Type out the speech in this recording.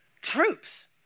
troops